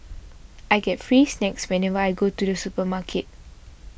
I get free snacks whenever I go to the supermarket